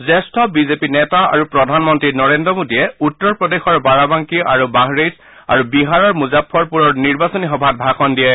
জ্যেষ্ঠ বিজেপি নেতা আৰু প্ৰধানমন্ত্ৰী নৰেদ্ৰ মোডীয়ে উত্তৰ প্ৰদেশৰ বাৰাবাংকি আৰু বাহৰেইচ আৰু বিহাৰৰ মুজাফ্ফৰপুৰৰ নিৰ্বাচনী সভাত ভাষণ দিয়ে